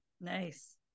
Nice